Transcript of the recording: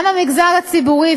גם המגזר הציבורי,